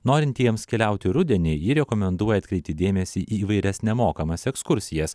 norintiems keliauti rudenį ji rekomenduoja atkreipti dėmesį į įvairias nemokamas ekskursijas